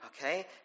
Okay